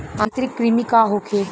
आंतरिक कृमि का होखे?